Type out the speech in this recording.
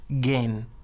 gain